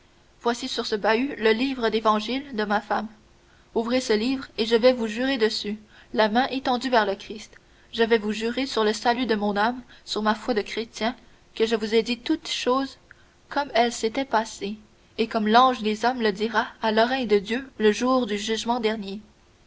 voici sur ce bahut le livre d'évangiles de ma femme ouvrez ce livre et je vais vous jurer dessus la main étendue vers le christ je vais vous jurer sur le salut de mon âme sur ma foi de chrétien que je vous ai dit toutes choses comme elles s'étaient passées et comme l'ange des hommes le dira à l'oreille de dieu le jour du jugement dernier